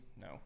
No